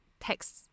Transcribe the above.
text